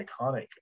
iconic